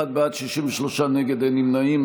בעד, 51, נגד, 63, אין נמנעים.